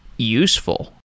useful